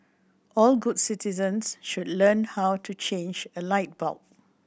all good citizens should learn how to change a light bulb